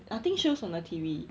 nothing shows on T_V